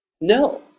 No